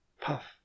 Puff